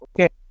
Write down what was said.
okay